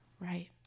right